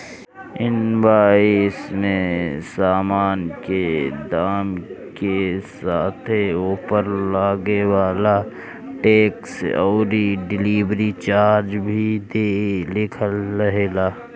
invoice में सामान के दाम के साथे ओपर लागे वाला टेक्स अउरी डिलीवरी चार्ज भी लिखल रहेला